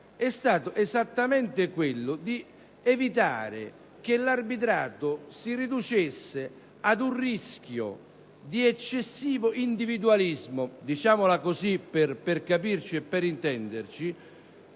è stato esattamente quello di evitare che l'arbitrato si riducesse ad un rischio di eccessivo individualismo, (diciamola così per intenderci);